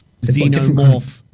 xenomorph